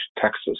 Texas